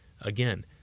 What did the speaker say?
Again